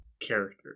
character